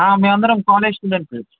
ఆ మేమందరం కొలెజ్ స్టూడెంట్స్మీ